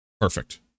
Perfect